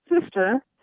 sister